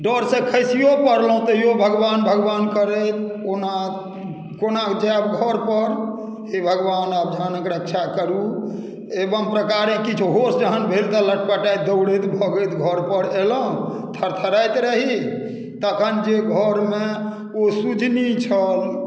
डर से खसियो पड़लहुँ तैयो भगवान भगवान करैत कोना कोना जायब घर पर हे भगवान आब जानक रक्षा करू एवम प्रकारेण किछु होश जखन भेल तऽ लटपटाइत दौड़ैत भगैत घर पर एलहुँ थरथराइत रही तखन जे घरमे ओ सुजनी छल